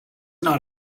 not